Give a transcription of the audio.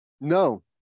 No